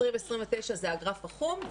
20 29 זה הגרף החום,